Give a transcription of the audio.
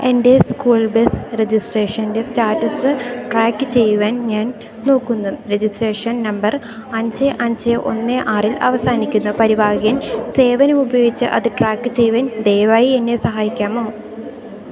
എന്റെ school bus രജിസ്ട്രേഷൻറ്റെ status track ചെയ്യാൻ ഞാൻ നോക്കുന്നു രജിസ്ട്രേഷൻ നമ്പർ അഞ്ച് അഞ്ച് ഒന്ന് ആറിൽ അവസാനിക്കുന്നു പരിവാഹൻ സേവനം ഉപയോഗിച്ച് അത് ട്രാക്ക് ചെയ്യാൻ ദയവായി എന്നെ സഹായിക്കാമോ